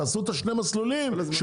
תעשו שני מסלולים בכביש לאילת,